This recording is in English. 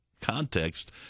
context